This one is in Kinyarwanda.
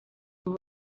ubu